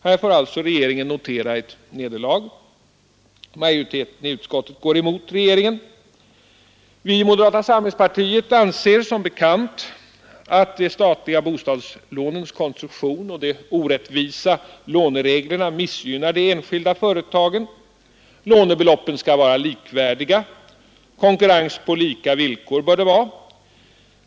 Här får alltså regeringen notera ett nederlag; majoriteten i utskottet går emot regeringen. Vi i moderata samlingspartiet anser som bekant att de statliga bostadslånens konstruktion och de orättvisa lånereglerna missgynnar de enskilda företagen — lånebe loppen skall vara likvärdiga; konkurrens på lika villkor bör det vara.